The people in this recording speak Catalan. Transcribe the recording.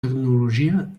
tecnologia